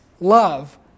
love